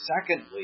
Secondly